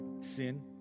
sin